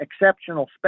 exceptional